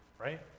right